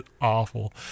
awful